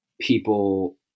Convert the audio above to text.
people